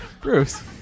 bruce